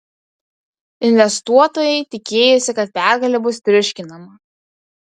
investuotojai tikėjosi kad pergalė bus triuškinama